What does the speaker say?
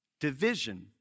division